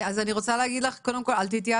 אז אני רוצה להגיד לך שקודם כל אל תתייאשי,